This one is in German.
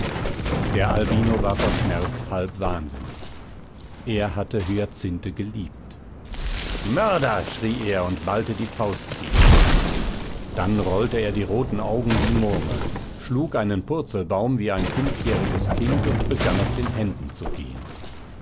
der albino war vor schmerz halb wahnsinnig er hatte hyacinthe geliebt mörder schrie er und ballte die faust gegen mich dann rollte er die roten augen wie murmeln schlug einen purzelbaum wie ein fünfjähriges kind und begann auf den händen zu gehen